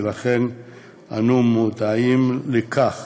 ולכן אנו מודעים לכך